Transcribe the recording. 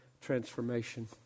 transformation